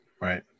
Right